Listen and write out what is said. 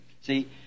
See